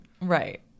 Right